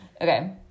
Okay